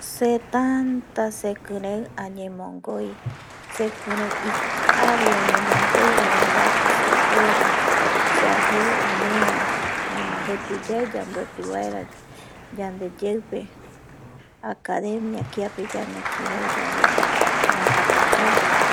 Se tanta sekiren añenbogoi, sekiren ikabi añenbogoi erei baeti sepuere seajeo omea jaema jepi yae yanbuepi baera yande yeipe akademia pe yandekiren yave ñakata kabi